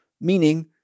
Meaning